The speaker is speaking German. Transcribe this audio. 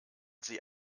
sie